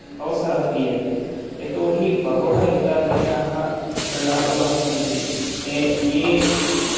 अवसरः दीयते यतोहि बहवः एतादृशाः क्रीडालवः सन्ति ये